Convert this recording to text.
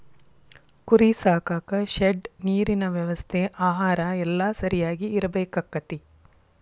ಕುರಿ ಸಾಕಾಕ ಶೆಡ್ ನೇರಿನ ವ್ಯವಸ್ಥೆ ಆಹಾರಾ ಎಲ್ಲಾ ಸರಿಯಾಗಿ ಇರಬೇಕಕ್ಕತಿ